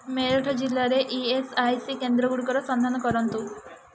ମିରଟ ଜିଲ୍ଲାରେ E S I C କେନ୍ଦ୍ର ଗୁଡ଼ିକର ସନ୍ଧାନ କରନ୍ତୁ